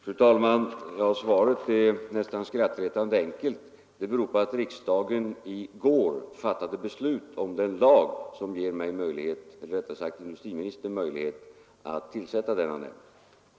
Fru talman! Svaret är nästan skrattretande enkelt: Riksdagen fattade i går beslut om den lag som ger industriministern möjlighet att tillsätta denna nämnd.